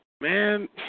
Man